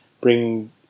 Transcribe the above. bring